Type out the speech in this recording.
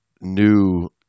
new